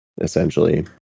essentially